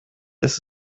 ist